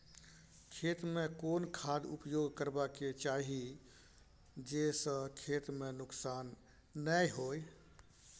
खेत में कोन खाद उपयोग करबा के चाही जे स खेत में नुकसान नैय होय?